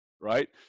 right